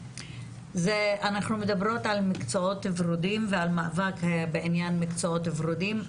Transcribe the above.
שאנחנו מדברות על מקצועות ורודים ועל מאבק בעניין מקצועות ורודים.